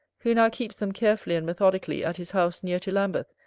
who now keeps them carefully and methodically at his house near to lambeth,